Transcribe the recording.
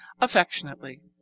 Affectionately